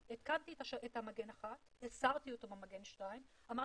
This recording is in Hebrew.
אני התקנתי את מגן 1. הסרתי אותו במגן 2. אמרתי: